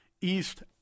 East